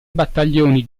battaglioni